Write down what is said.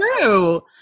true